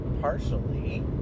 partially